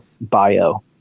bio